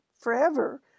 forever